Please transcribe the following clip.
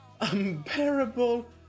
unbearable